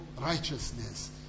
righteousness